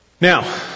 Now